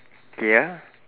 K ah